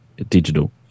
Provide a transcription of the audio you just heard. digital